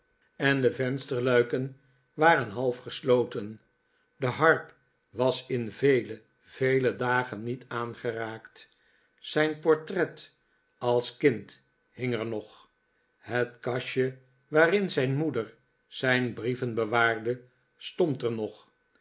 en de vensterluiken waren half gesloten de harp was in vele vele dageii niet aangeraakt zijn portret als kind hing er nog het kastje waarin zijn moeder zijn brieven bewaarde stond er nog